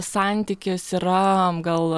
santykis yra gal